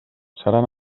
seran